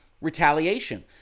Retaliation